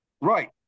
Right